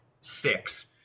six